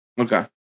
Okay